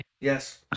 Yes